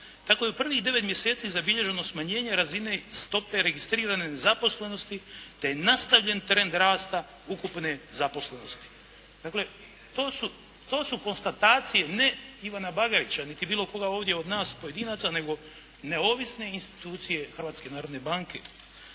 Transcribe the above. Tako je u prvih devet mjeseci zabilježeno smanjenje razine stope registrirane nezaposlenosti te je nastavljen trend rasta ukupne zaposlenosti. Dakle to su konstatacije ne Ivana Bagarića niti bilo koga ovdje od nas pojedinaca nego neovisne institucije